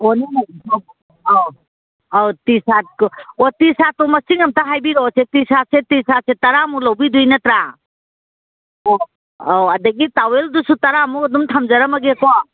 ꯑꯧ ꯇꯤ ꯁꯥꯔꯠꯇꯣ ꯑꯣ ꯇꯤ ꯁꯥꯔꯠꯇꯣ ꯃꯁꯤꯡ ꯑꯝꯇ ꯍꯥꯏꯕꯤꯔꯛꯑꯣꯁꯦ ꯇꯤ ꯁꯥꯔꯠꯁꯦ ꯇꯤ ꯁꯥꯔꯠꯁꯦ ꯇꯔꯥꯃꯨꯛ ꯂꯧꯕꯤꯗꯣꯏ ꯅꯠꯇ꯭ꯔ ꯑꯣ ꯑꯧ ꯑꯗꯒꯤ ꯇꯥꯋꯦꯜꯗꯨꯁꯨ ꯇꯔꯥꯃꯨꯛ ꯑꯗꯨꯝ ꯊꯝꯖꯔꯝꯃꯒꯦꯀꯣ